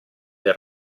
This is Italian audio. del